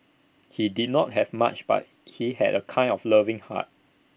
he did not have much but he had A kind of loving heart